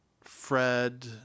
Fred